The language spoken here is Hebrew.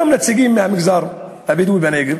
גם נציגים מהמגזר הבדואי בנגב.